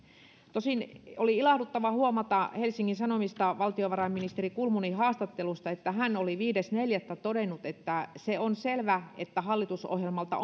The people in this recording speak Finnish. tosin oli ilahduttava huomata helsingin sanomista valtiovarainministeri kulmunin haastattelusta viides neljättä että hän oli todennut se on selvä että hallitusohjelmalta